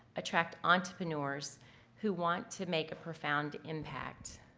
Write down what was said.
attract entrepreneurs who want to make a profound impact,